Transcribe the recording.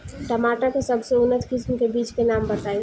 टमाटर के सबसे उन्नत किस्म के बिज के नाम बताई?